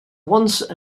once